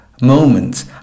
moments